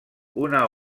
una